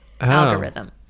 algorithm